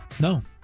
No